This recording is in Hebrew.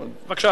בבקשה, אדוני.